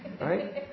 right